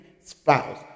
spouse